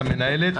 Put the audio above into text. למנהלת,